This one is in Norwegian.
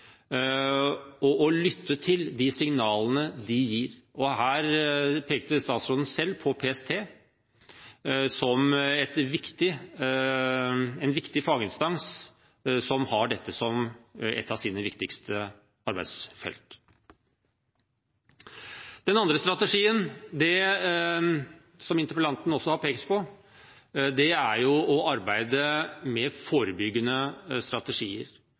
og utviklingen nøye, og vi må lytte til de signalene de gir. Her pekte statsråden selv på PST som en viktig faginstans som har dette som et av sine viktigste arbeidsfelt. Den andre strategien, som interpellanten også har pekt på, er å arbeide med forebyggende strategier